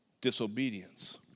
Disobedience